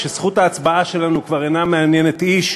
כשזכות ההצבעה שלנו כבר אינה מעניינת איש,